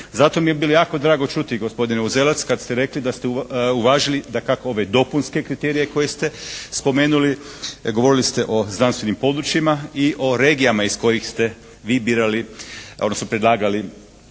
Zato mi je bilo jako drago čuti gospodine Uzelac kad ste rekli da ste uvažili dakako ove dopunske kriterije koje ste spomenuli, govorili ste o znanstvenim područjima i o regijama iz kojih ste vi birali, odnosno predlagali